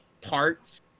parts